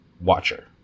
watcher